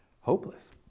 hopeless